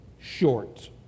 short